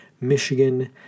Michigan